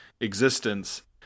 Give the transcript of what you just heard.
existence